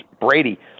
Brady